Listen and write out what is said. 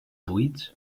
buits